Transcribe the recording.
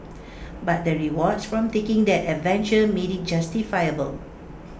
but the rewards from taking that adventure made IT justifiable